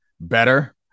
better